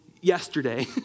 yesterday